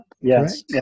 yes